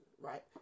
Right